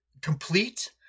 complete